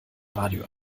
radio